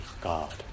God